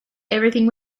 everything